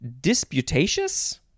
disputatious